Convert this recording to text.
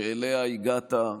שאליה הגעת.